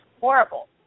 horrible